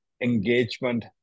engagement